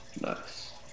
Nice